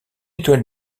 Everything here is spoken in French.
étoile